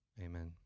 Amen